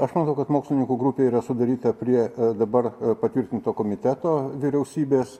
aš matau kad mokslininkų grupė yra sudaryta prie dabar patvirtinto komiteto vyriausybės